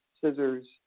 scissors